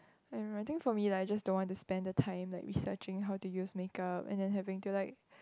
I don't know I think for me like I just don't want to spend the time like researching how to use makeup and having to like